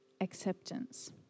acceptance